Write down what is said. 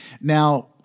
Now